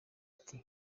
ati